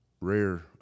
rare